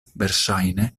verŝajne